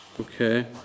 Okay